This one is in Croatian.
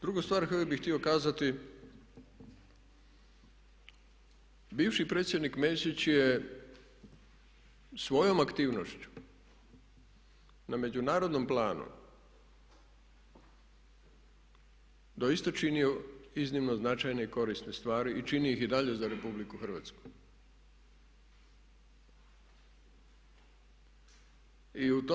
Drugu stvar koju bih htio kazati bivši predsjednik Mesić je svojom aktivnošću na međunarodnom planu doista činio iznimno značajne i korisne stvari i čini ih i dalje za Republiku Hrvatsku.